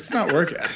not working,